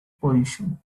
position